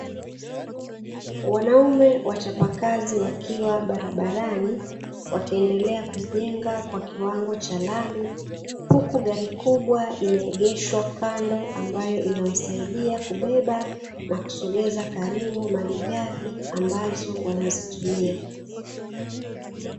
Wanaume wachapa kazi wakiwa barabarani wakiendelea kuijenga kwa kiwango cha lami, huku gari kubwa imeegeshwa kando ambayo inawasaidia kubeba na kusogeza karibu malighafi, ambazo wanazitumia.